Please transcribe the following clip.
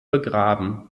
begraben